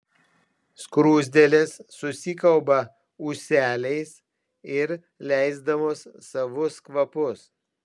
skruzdėlės susikalba ūseliais ir leisdamos savus kvapus